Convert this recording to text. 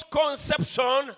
conception